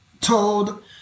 told